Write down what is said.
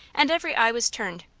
and every eye was turned,